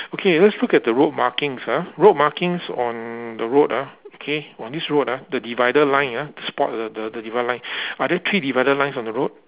okay let's look at the road markings ah road markings on the road ah okay !wah! this road ah the divider line ah spot the the the divider line are there three divider lines on the road